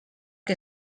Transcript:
que